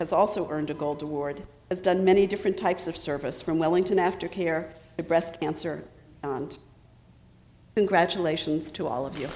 has also earned a gold award has done many different types of service from wellington after care to breast cancer and congratulations to all of you